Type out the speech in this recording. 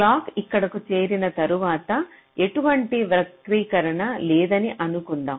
clock ఇక్కడకు చేరిన తరువాత ఎటువంటి వక్రీకరణ లేదని అనుకుందాం